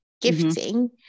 gifting